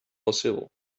possible